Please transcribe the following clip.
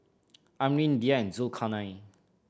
Amrin Dhia and Zulkarnain